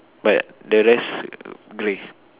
but the rest grey